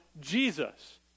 Jesus